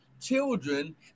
children